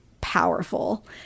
powerful